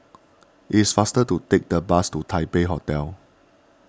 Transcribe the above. it is faster to take the bus to Taipei Hotel